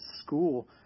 school